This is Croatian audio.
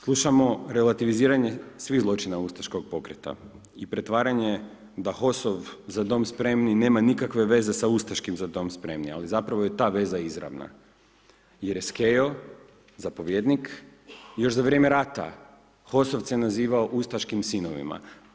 Slušamo relativiziranje svih zločina ustaškog pokreta i pretvaranje da HOS-ov „Za Dom spremni“ nema nikakve veze sa ustaškim „Za Dom spremni“ ali zapravo je ta veza izravna jer je Skejo zapovjednik još za vrijeme rata HOS-ovce nazivao ustaškim sinovima.